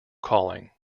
calling